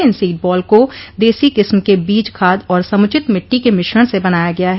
इन seed ball को देसी किस्म के बीज खाद और समुचित मिट्टी के मिश्रण से बनाया गया है